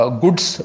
goods